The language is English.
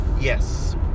Yes